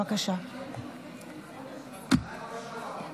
כבוד היושבת-ראש,